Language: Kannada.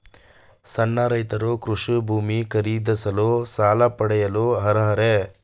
ಸಣ್ಣ ರೈತರು ಕೃಷಿ ಭೂಮಿ ಖರೀದಿಸಲು ಸಾಲ ಪಡೆಯಲು ಅರ್ಹರೇ?